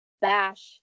bash